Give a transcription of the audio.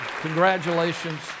congratulations